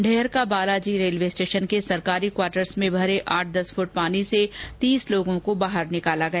ढेहर का Balaji railway station के सरकारी क्वाटर्स में भरे आठ दस फ्ट पानी से तीस लोगों को बाहर निकाला गया